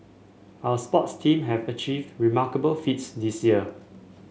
our sports team have achieved remarkable feats this year